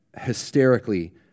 hysterically